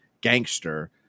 gangster